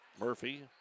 Murphy